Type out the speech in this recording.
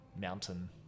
mountain